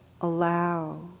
allow